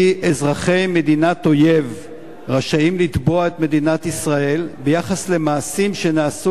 כי אזרחי מדינת אויב רשאים לתבוע את מדינת ישראל ביחס למעשים שנעשו